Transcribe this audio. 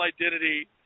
identity